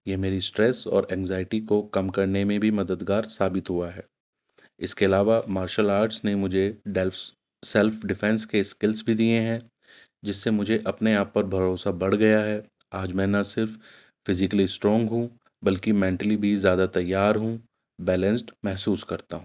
یہ میری اسٹریس اور انینگزائٹی کو کم کرنے میں بھی مددگار ثابت ہوا ہے اس کے علاوہ مارشل آرٹس نے مجھے ڈیلفس سیلف ڈفینس کے اسکلس بھی دیے ہیں جس سے مجھے اپنے آپ پر بھروسہ بڑھ گیا ہے آج میں نہ صرف فزیکلی اسٹرونگ ہوں بلکہ مینٹلی بھی زیادہ تیار ہوں بیلنسڈ محسوس کرتا ہوں